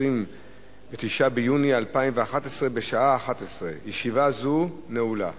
29 ביוני 2011, בשעה 11:00. ישיבה זו נעולה.